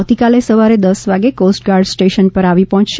આવતીકાલે સવારે દસ વાગ્યે કોસ્ટગાર્ડ સ્ટેશન પર આવી પહોંચશે